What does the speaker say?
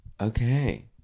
Okay